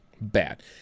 Bad